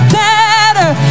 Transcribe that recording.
better